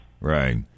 Right